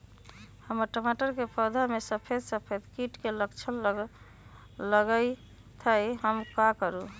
हमर टमाटर के पौधा में सफेद सफेद कीट के लक्षण लगई थई हम का करू?